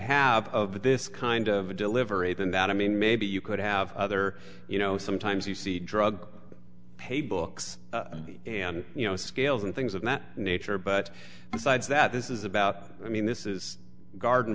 have of this kind of a delivery than that i mean maybe you could have other you know sometimes you see drug pay books and you know scales and things of that nature but decides that this is about i mean this is garden